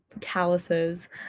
calluses